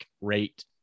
rate